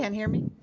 can't hear me?